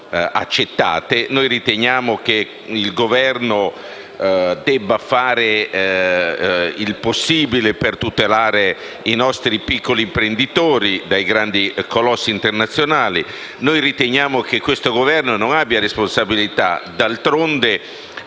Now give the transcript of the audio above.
accettati). Riteniamo che il Governo debba fare il possibile per tutelare i nostri piccoli imprenditori dai grandi colossi internazionali. Riteniamo che questo Governo non abbia responsabilità. D'altronde,